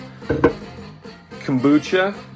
kombucha